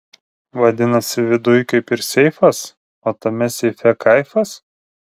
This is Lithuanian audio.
vadinasi viduj kaip ir seifas o tame seife kaifas